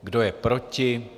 Kdo je proti?